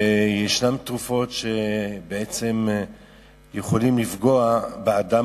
וישנן תרופות שבעצם יכולות לפגוע באדם